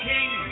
King